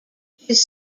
his